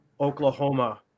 Oklahoma